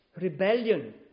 rebellion